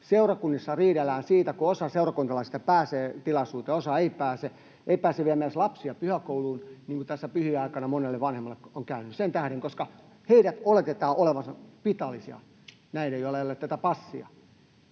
seurakunnissa riidellään siitä, kun osa seurakuntalaisista pääsee tilaisuuteen, osa ei pääse. Osa ei pääse viemään edes lapsia pyhäkouluun — niin kuin tässä pyhien aikana monelle vanhemmalle on käynyt — sen tähden, koska heidän oletetaan olevan spitaalisia, näiden, joilla ei ole tätä passia.